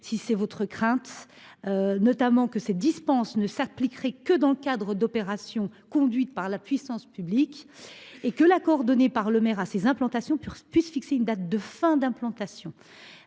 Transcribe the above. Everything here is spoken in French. longues, la commission a prévu que ces dispenses ne s’appliqueraient que dans le cadre d’opérations conduites par la puissance publique et que l’accord donné par le maire à ces implantations puisse fixer une date de fin d’implantation.